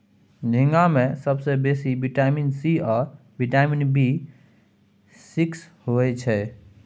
झींगा मे सबसँ बेसी बिटामिन सी आ बिटामिन बी सिक्स होइ छै